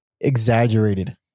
exaggerated